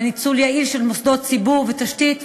לניצול יעיל יותר של מוסדות ציבור ותשתיות,